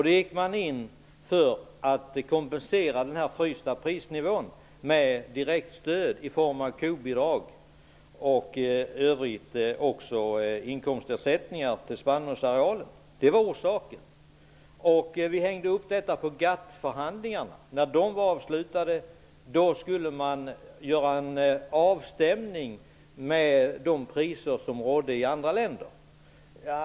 Då gick man in för att kompensera den frysta prisnivån med direktstöd i form av kobidrag och inkomstersättningar för spannmålsarealen. Det var orsaken. Vi hängde upp detta på GATT-förhandlingarna. När de var avslutade skulle man göra en avstämning med de priser som rådde i andra länder.